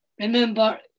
remember